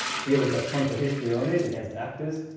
here we've got contra hystriones against actors.